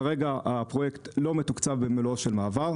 כרגע הפרויקט לא מתוקצב במלואו למעבר.